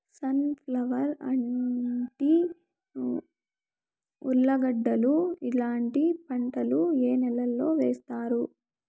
Sun flower, అంటి, ఉర్లగడ్డలు ఇలాంటి పంటలు ఏ నెలలో వేస్తారు?